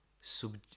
sub